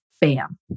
bam